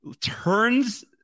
turns